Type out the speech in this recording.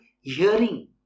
hearing